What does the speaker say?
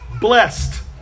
blessed